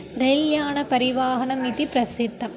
रैल्यानपरिवाहनमिति प्रसिद्धम्